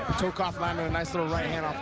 hook. ah landing a nice so right and um